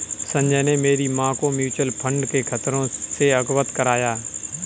संजय ने मेरी मां को म्यूचुअल फंड के खतरों से अवगत कराया